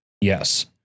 Yes